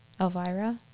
Elvira